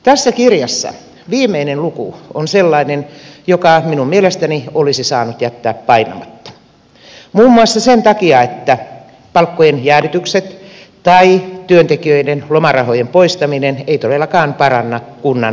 tässä kirjassa viimeinen luku on sellainen jonka minun mielestäni olisi saanut jättää painamatta muun muassa sen takia että palkkojen jäädytykset tai työntekijöiden lomarahojen poistaminen eivät todellakaan paranna kunnan kuntataloutta